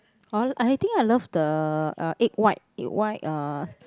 oh I l~ I think I love the uh egg white egg white uh